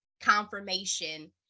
confirmation